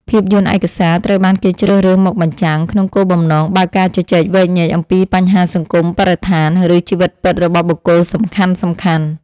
ភាពយន្តឯកសារ ត្រូវបានគេជ្រើសរើសមកបញ្ចាំង ក្នុងគោលបំណងបើកការជជែកវែកញែកអំពីបញ្ហាសង្គម បរិស្ថាន ឬជីវិតពិតរបស់បុគ្គលសំខាន់ៗ។